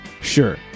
sure